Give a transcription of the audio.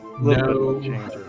no